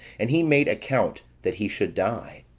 and he made account that he should die.